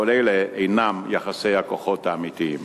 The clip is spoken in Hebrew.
אבל אלה אינם יחסי הכוחות האמיתיים.